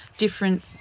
different